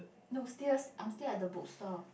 no still I'm still at the bookstore